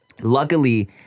Luckily